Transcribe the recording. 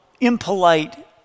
impolite